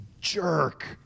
jerk